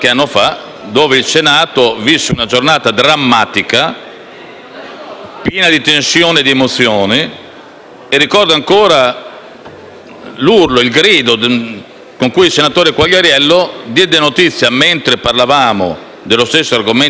piena di tensione e di emozione e ricordo ancora l'urlo con cui il senatore Quagliariello diede la notizia, mentre parlavamo dello stesso argomento di cui stiamo parlando oggi, della morte di Eluana Englaro